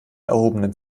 erhobenen